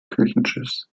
kirchenschiffs